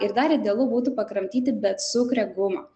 ir dar idealu būtų pakramtyti becukrę gumą